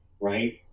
right